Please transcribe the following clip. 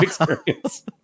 experience